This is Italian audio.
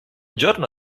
giorno